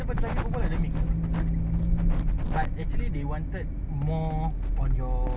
so the more you can speak can pasal aku tak nak maksa juga nanti paksa dia orang cakap tak kira